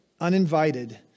uninvited